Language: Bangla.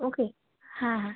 ওকে হ্যাঁ হ্যাঁ